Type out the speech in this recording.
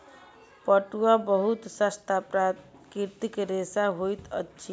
पटुआ बहुत सस्ता प्राकृतिक रेशा होइत अछि